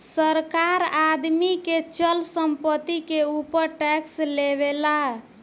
सरकार आदमी के चल संपत्ति के ऊपर टैक्स लेवेला